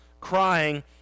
crying